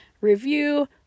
Review